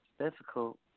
Difficult